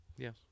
Yes